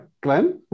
Glenn